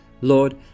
Lord